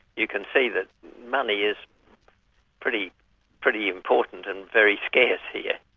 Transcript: you can see that money is pretty pretty important and very scarce here.